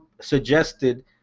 suggested